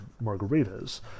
Margarita's